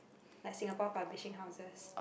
like Singapore publishing houses